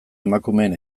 emakumeen